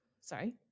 Sorry